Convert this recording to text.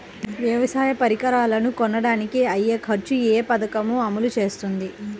వ్యవసాయ పరికరాలను కొనడానికి అయ్యే ఖర్చు ఏ పదకము అమలు చేస్తుంది?